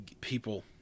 people